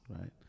right